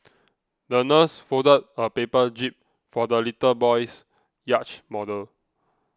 the nurse folded a paper jib for the little boy's yacht model